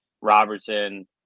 Robertson